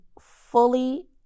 fully